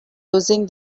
using